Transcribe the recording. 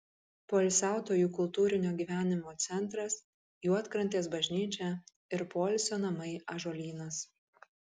poilsiautojų kultūrinio gyvenimo centras juodkrantės bažnyčia ir poilsio namai ąžuolynas